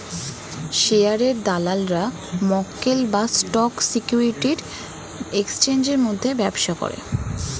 শেয়ারের দালালরা মক্কেল বা স্টক সিকিউরিটির এক্সচেঞ্জের মধ্যে ব্যবসা করে